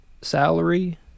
salary